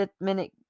minute